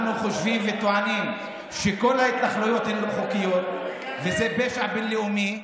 אנחנו חושבים וטוענים שכל ההתנחלויות הן לא חוקיות וזה פשע בין-לאומי,